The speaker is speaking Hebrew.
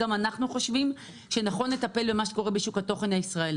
גם אנחנו חושבים שנכון לטפל במה שקורה בשוק התוכן הישראלי,